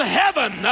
heaven